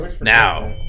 Now